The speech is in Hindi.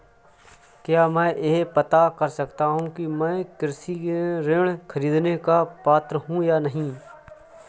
क्या मैं यह पता कर सकता हूँ कि मैं कृषि ऋण ख़रीदने का पात्र हूँ या नहीं?